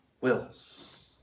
wills